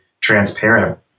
transparent